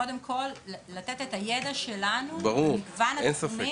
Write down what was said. קודם כל לתת את הידע שלנו ואת הנתונים